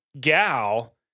gal